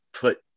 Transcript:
put